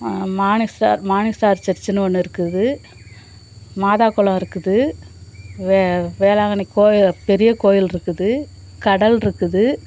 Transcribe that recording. மானிஸ்டார் Morning Star சர்ச்சுன்னு ஒன்று இருக்குது மாதாக்குளம் இருக்குது வே வேளாங்கண்ணி கோ பெரியக்கோயில் இருக்குது கடல் இருக்குது